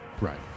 right